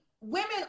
women